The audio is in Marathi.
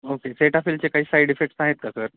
ओके सेटाफीलचे काही साईड इफेक्ट्स आहेत का सर